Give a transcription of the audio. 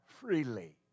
freely